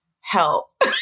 help